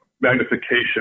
magnification